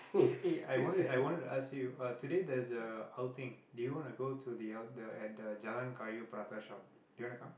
eh I wanted I wanted to ask you uh today there's a outing do you want to go to the out at the Jalan-Kayu prata shop do you want to come